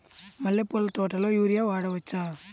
మల్లె పూల తోటలో యూరియా వాడవచ్చా?